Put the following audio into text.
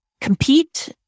compete